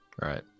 Right